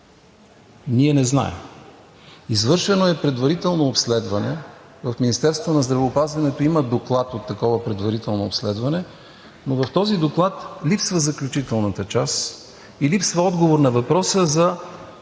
Ние не знаем. Извършено е предварително обследване – в Министерството на здравеопазването, има доклад от такова предварително обследване, но в този доклад липсва заключителната част, и липсва отговор на въпроса за